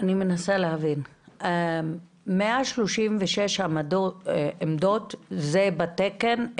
אני מנסה להבין: 136 עמדות זה בתקן,